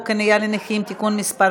חניה לנכים (תיקון מס'